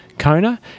Kona